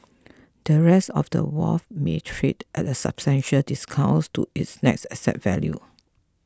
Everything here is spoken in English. the rest of wharf may trade at a substantial discount to its net asset value